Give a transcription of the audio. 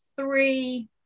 three